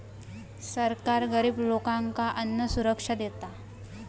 सरकार गरिब लोकांका अन्नसुरक्षा देता